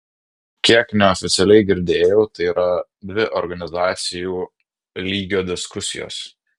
kiek neoficialiai girdėjau tai yra dvi organizacijų lygio diskusijos